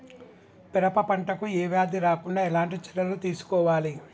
పెరప పంట కు ఏ వ్యాధి రాకుండా ఎలాంటి చర్యలు తీసుకోవాలి?